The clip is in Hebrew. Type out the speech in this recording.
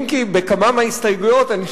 אם כי בכמה מההסתייגויות אני שומע,